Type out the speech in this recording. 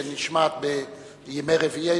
שנשמעת בימי רביעי,